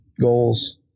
goals